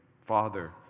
Father